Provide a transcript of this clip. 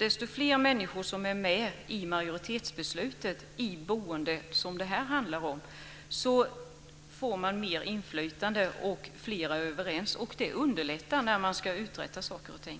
ju fler människor som är med i majoritetsbeslutet i boendet desto mer inflytande får människor, eftersom fler är överens. Det underlättar när man ska uträtta saker och ting.